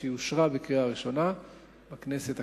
שאושרה בקריאה ראשונה בכנסת הקודמת,